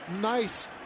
nice